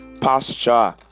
pasture